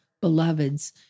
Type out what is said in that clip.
beloveds